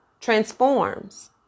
transforms